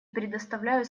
предоставляю